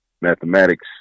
mathematics